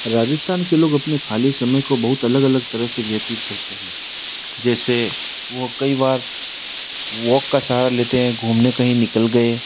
राजस्थान के लोग अपनी ख़ाली समय को बहुत अलग अलग तरह से व्यतीत करते हैं जैसे वो कई बार वॉक का सहारा लेते हैं घूमने कहीं निकल गए